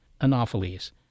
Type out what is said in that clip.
anopheles